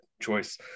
choice